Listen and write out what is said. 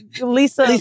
Lisa